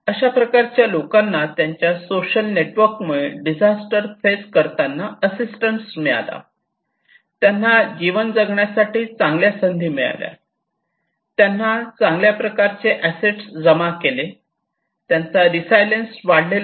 अशा प्रकारच्या लोकांना त्यांच्या सोशल नेटवर्क मुळे डिझास्टर फेस करताना अशिस्टन्स मिळाला त्यांना जीवन जगण्यासाठी चांगल्या संधी मिळाल्या त्यांनी चांगल्या प्रकारचे अससेट्स जमा केले त्यांचा रीसायलेन्स वाढलेला दिसून आला